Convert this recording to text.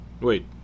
Wait